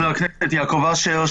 חבר הכנסת יעקב אשר,